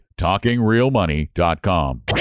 TalkingRealMoney.com